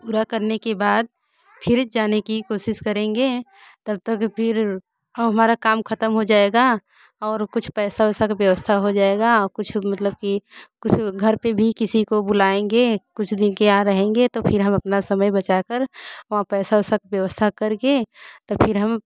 पूरा करने के बाद फिर जाने की कोशिश करेंगे तब तक फिर अब हमारा काम ख़त्म हो जाएगा और कुछ पैसे वैसे की व्यवस्था हो जाएगी कुछ मतलब कि कुछ घर पर भी किसी को बुलाएंगे कुछ दिन के यहाँ रहेंगे तो फिर हम अपना समय बचा कर वहाँ पैसे वेसे की व्यवस्था कर के तो फिर हम